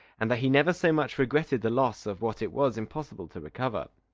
and that he never so much regretted the loss of what it was impossible to recover.